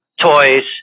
toys